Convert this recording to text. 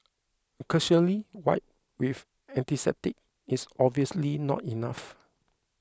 a cursory wipe with antiseptic is obviously not enough